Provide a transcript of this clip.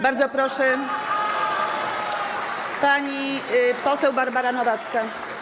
Bardzo proszę, pani poseł Barbara Nowacka.